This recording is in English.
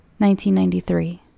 1993